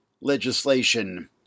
legislation